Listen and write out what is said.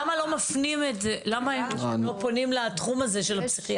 למה אנשים לא פונים לתחום הזה של הפסיכיאטריה?